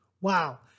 Wow